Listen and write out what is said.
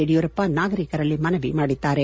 ಯಡಿಯೂರಪ್ಪ ನಾಗರಿಕರಲ್ಲಿ ಮನವಿ ಮಾಡಿದ್ದಾರೆ